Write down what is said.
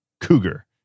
Cougar